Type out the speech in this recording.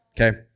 okay